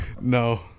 No